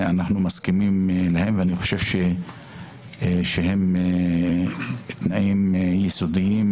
אני חושב שהם תנאים יסודיים